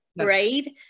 right